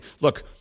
Look